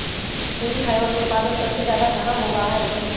Kashmiri fibre के उत्पादन सबसे ज्यादा कहाँ होबा हई?